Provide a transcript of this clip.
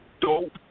dope